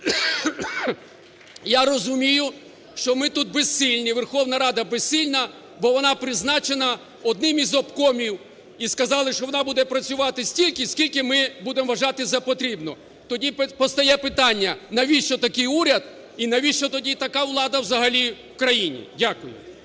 Я розумію, що ми тут безсильні, Верховна Рада безсильна, бо вона призначена одним із обкомів і сказали, що вона буде працювати стільки скільки ми будемо вважати за потрібно. Тоді постає питання навіщо такий уряд і навіщо тоді така влада взагалі в країні? Дякую.